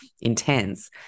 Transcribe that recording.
intense